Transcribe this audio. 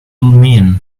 mean